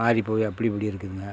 மாதிரி போய் அப்படி இப்படி இருக்குதுங்க